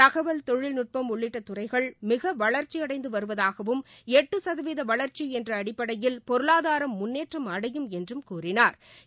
தகவல் தொழில்நுட்பம் உள்ளிட்ட துறைகள் மிக வளர்ச்சியடைந்து வருவதாகவும் எட்டு சதவீத வளர்ச்சி என்ற அடிப்படையில் பொருளாதாரம் முன்னேற்றம் அடையும் என்றும் கூறினாா்